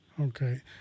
Okay